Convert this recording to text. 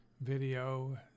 video